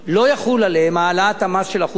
לא תחול עליהם העלאת המס של 1%,